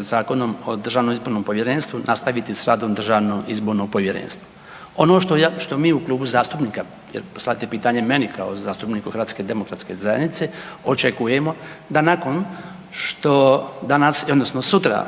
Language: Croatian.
Zakonom o Državnom izbornom povjerenstvu, nastaviti s radom Državno izborno povjerenstvo. Ono što mi u klubu zastupnika, jer postavljate pitanje meni kao zastupniku HDZ-a očekujemo da nakon što danas odnosno sutra